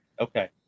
Okay